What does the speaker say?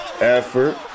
effort